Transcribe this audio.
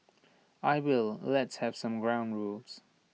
I will let's have some ground rules